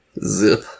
Zip